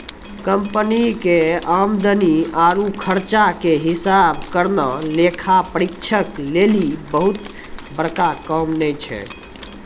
company के आमदनी आरु खर्चा के हिसाब करना लेखा परीक्षक लेली बहुते बड़का काम नै छै